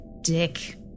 dick